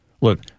Look